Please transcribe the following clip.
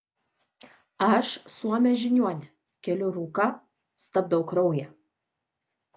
aš suomė žiniuonė keliu rūką stabdau kraują